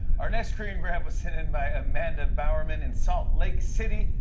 our next screen grab was sent in by amanda bauerman in salt lake city.